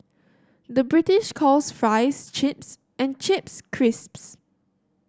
the British calls fries chips and chips crisps